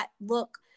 look